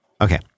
Okay